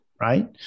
Right